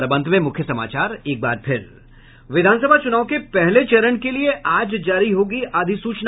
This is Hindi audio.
और अब अंत में मुख्य समाचार विधानसभा चुनाव के पहले चरण के लिये आज जारी होगी अधिसूचना